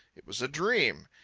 it was a dream.